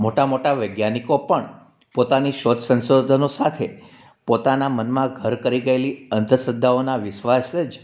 મોટા મોટા વૈજ્ઞાનિકો પણ પોતાની શોધ સંસોધનો સાથે પોતાના મનમાં ઘર કરી ગયેલી અંધશ્રદ્ધાઓના વિશ્વાસ જ